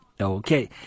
Okay